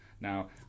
Now